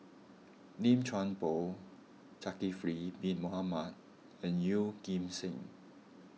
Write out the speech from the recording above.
Lim Chuan Poh Zulkifli Bin Mohamed and Yeoh Ghim Seng